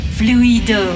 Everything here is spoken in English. fluido